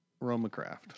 RomaCraft